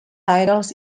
titles